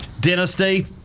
Dynasty